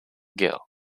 gill